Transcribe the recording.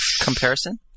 Comparison